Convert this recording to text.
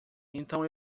então